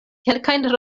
kelkajn